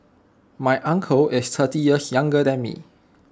my uncle is thirty years younger than me